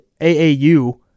AAU